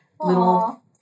little